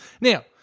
Now